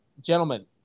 gentlemen